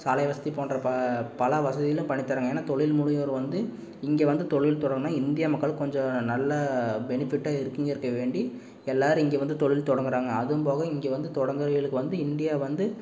சாலை வசதி போன்ற ப பல வசதிகளும் பண்ணி தராங்கள் ஏன்னா தொழில் முனைவோர் வந்து இங்கே வந்து தொழில் தொடங்குனால் இந்திய மக்கள் கொஞ்சம் நல்ல பெனிஃபிட்டாக இருக்குங்கிறதுக்கு வேண்டி எல்லாரும் இங்கே வந்து தொழில் தொடங்குறாங்கள் அதுவும் போக இங்கே வந்து தொடங்குறேவளுக்கு வந்து இந்தியா வந்து